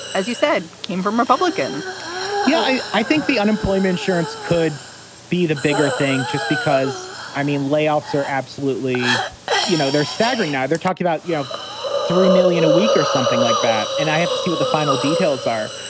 as you said, came from republicans yeah, i i think the unemployment unemployment insurance could be the bigger thing just because i mean, layoffs are absolutely you know, they're staggering now. they're talking about you have three million a week or something like that. and i have to see what the final details are.